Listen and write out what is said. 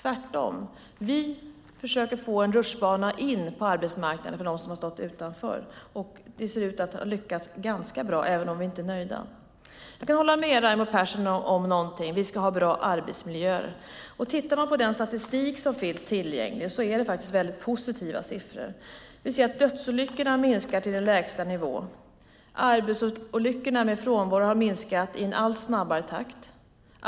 Vi försöker få en rutschbana in på arbetsmarknaden för dem som har stått utanför. Vi ser ut att ha lyckats ganska bra, även om vi inte är nöjda. Jag kan hålla med Raimo Pärssinen om att vi ska ha bra arbetsmiljöer. Den statistik som finns visar positiva siffror. Dödsolyckorna minskar till en lägsta nivå. Arbetsolyckor med frånvaro har minskat i allt snabbare takt.